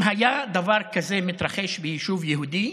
היה דבר כזה מתרחש ביישוב יהודי,